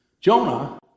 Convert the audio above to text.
Jonah